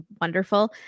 wonderful